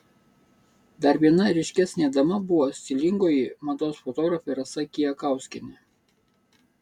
dar viena ryškesnė dama buvo stilingoji mados fotografė rasa kijakauskienė